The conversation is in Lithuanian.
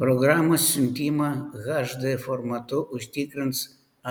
programos siuntimą hd formatu užtikrins